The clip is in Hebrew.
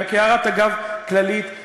אלא כהערת אגב כללית,